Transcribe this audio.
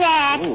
Jack